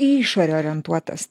į išorę orientuotas